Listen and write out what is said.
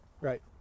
Right